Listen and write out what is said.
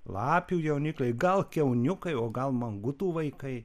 lapių jaunikliai gal kiauniukai o gal mangutų vaikai